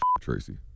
Tracy